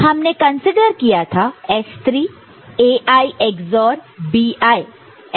तो हमने कंसीडर किया था S3 S3 Ai XOR Bi रहेगा